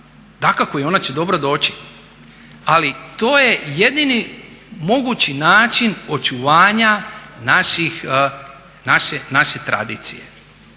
dakako i ona će dobro doći, ali to je jedini mogući način očuvanja naše tradicije.